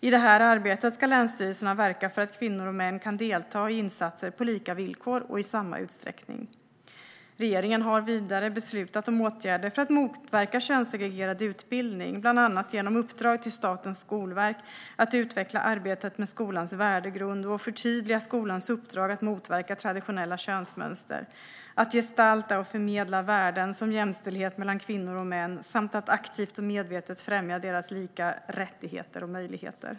I detta arbete ska länsstyrelserna verka för att kvinnor och män kan delta i insatser på lika villkor och i samma utsträckning. Regeringen har vidare beslutat om åtgärder för motverka könssegregerad utbildning, bland annat genom uppdrag till Statens skolverk att utveckla arbetet med skolans värdegrund och att förtydliga skolans uppdrag att motverka traditionella könsmönster, att gestalta och förmedla värden som jämställdhet mellan kvinnor och män samt att aktivt och medvetet främja deras lika rättigheter och möjligheter.